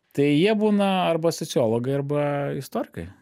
tai jie būna arba sociologai arba istorikai